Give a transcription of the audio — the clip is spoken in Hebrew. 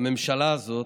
בממשלה הזאת,